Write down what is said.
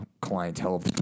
clientele